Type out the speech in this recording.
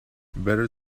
better